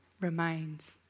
remains